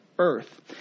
earth